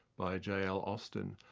by j. l. austin.